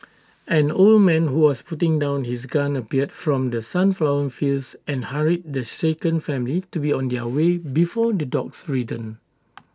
an old man who was putting down his gun appeared from the sunflower fields and hurried the shaken family to be on their way before the dogs return